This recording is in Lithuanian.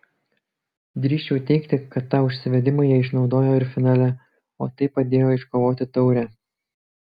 drįsčiau teigti kad tą užsivedimą jie išnaudojo ir finale o tai padėjo iškovoti taurę